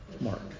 Mark